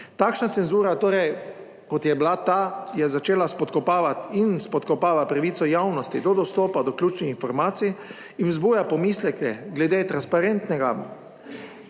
Takšna cenzura, torej, kot je bila ta, je začela spodkopavati in spodkopava pravico javnosti do dostopa do ključnih informacij in vzbuja pomisleke glede transparentnega